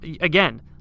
again